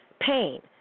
pain